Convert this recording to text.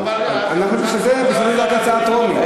בשביל זה זאת רק הצעה טרומית.